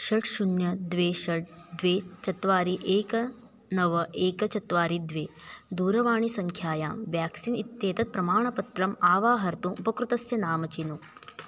षट् शुन्यं द्वे षट् द्वे चत्वारि एकं नव एकं चत्वारि द्वे दूरवाणीसङ्ख्यायां व्याक्सीन् इत्येतत् प्रमाणपत्रम् अवाहर्तुम् उपकृतस्य नाम चिनु